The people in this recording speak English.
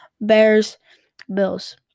Bears-Bills